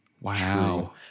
Wow